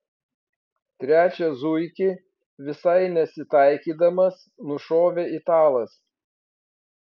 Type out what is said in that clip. trečią zuikį visai nesitaikydamas nušovė italas